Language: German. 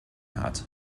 hat